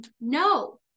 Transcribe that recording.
no